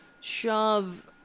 shove